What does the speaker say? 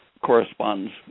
corresponds